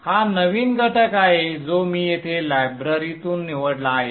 हा नवीन घटक आहे जो मी येथील लायब्ररीतून निवडला आहे